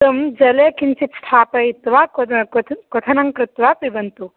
तं जले किञ्चित् स्थापयित्वा क्वथ क्वथ क्वथनं कृत्वा पिबन्तु